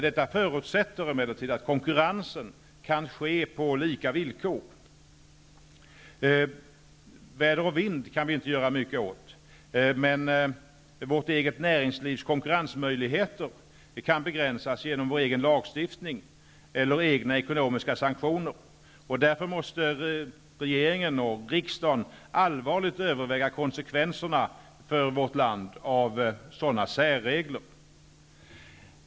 Detta förutsätter emellertid att konkurrensen kan ske på lika villkor. Väder och vind kan vi inte göra mycket åt, men vårt eget näringslivs konkurrensmöjligheter kan begränsas genom vår egen lagstiftning eller genom egna ekonomiska sanktioner, och därför måste regeringen och riksdagen allvarligt överväga konsekvenserna för vårt land av sådana särregler.